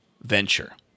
venture